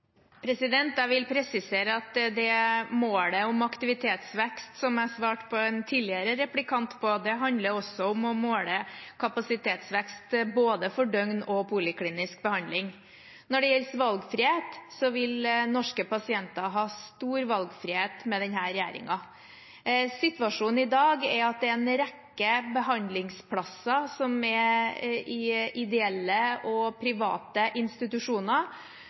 Jeg vil presisere at målet om aktivitetsvekst, som jeg svarte på til en tidligere replikant, handler også om å måle kapasitetsvekst både for døgnbehandling og poliklinisk behandling. Norske pasienter vil ha stor valgfrihet med denne regjeringen. Situasjonen i dag er at en rekke behandlingsplasser i ideelle og private institusjoner